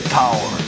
power